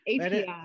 API